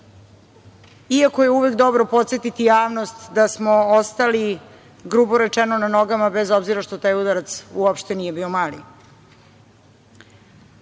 iako je uvek dobro podsetiti javnost da smo ostali grubo rečeno na nogama, bez obzira što taj udarac uopšte nije bio mali. Kada